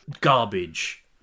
garbage